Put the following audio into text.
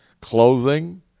clothing